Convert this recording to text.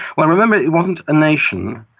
well, remember it wasn't a nation,